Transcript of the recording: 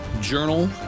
journal